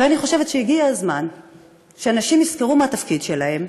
ואני חושבת שהגיע הזמן שנשים יזכרו מה התפקיד שלהן,